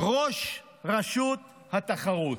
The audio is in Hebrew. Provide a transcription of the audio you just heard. ראש רשות התחרות.